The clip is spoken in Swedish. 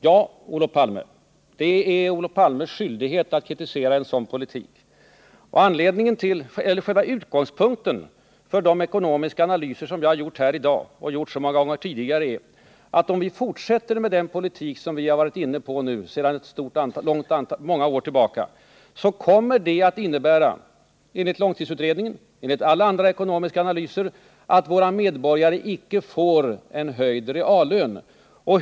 Ja, det är Olof Palmes skyldighet att kritisera en sådan politik. Men själva utgångspunkten för de ekonomiska analyser som jag har redovisat här i dag och som regeringen redovisat så många gånger är att om vi fortsätter med den politik som vi har varit inne på sedan många år tillbaka, så kommer det — enligt långtidsutredningen och enligt alla andra ekonomiska analyser — att innebära att våra löntagare icke får en höjd reallön.